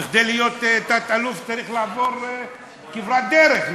כדי להיות תת-אלוף צריך לעבור כברת דרך,